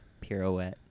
pirouette